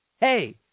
hey